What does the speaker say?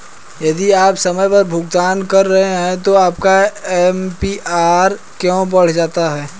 यदि आप समय पर भुगतान कर रहे हैं तो आपका ए.पी.आर क्यों बढ़ जाता है?